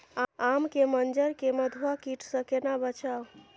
आम के मंजर के मधुआ कीट स केना बचाऊ?